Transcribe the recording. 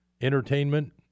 entertainment